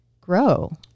grow